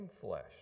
flesh